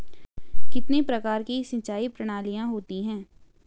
कितने प्रकार की सिंचाई प्रणालियों होती हैं?